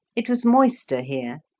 it was moister here,